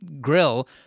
grill